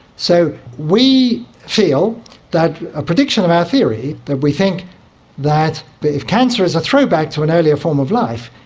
so we feel that, a prediction of our theory that we think that that if cancer is a throwback to an earlier form of life,